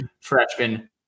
freshman